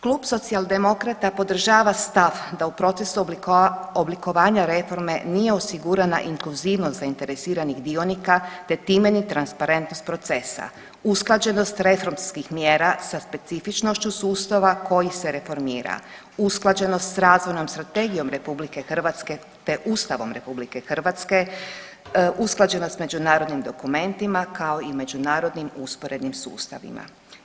Klub Socijaldemokrata podržava stav da u procesu oblikovanja reforme nije osigurana inkluzivnost zainteresiranih dionika, te time ni transparentnost procesa, usklađenost reformskih mjera sa specifičnošću sustava koji se reformira, usklađenost s razvojnom strategijom RH, te Ustavom RH usklađeno s međunarodnim dokumentima, kao i međunarodnim usporednim sustavima.